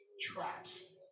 traps